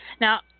Now